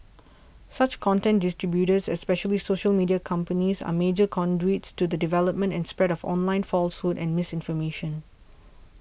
such content distributors especially social media companies are major conduits to the development and spread of online falsehoods and misinformation